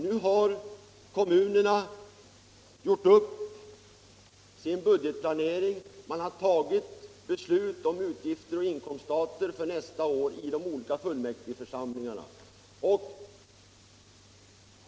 Nu har de gjort upp sin budgetplanering, och man har fattat beslut om utgiftsoch inkomststater för nästa år i de olika fullmäktigeförsamlingarna.